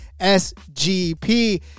SGP